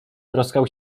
troskał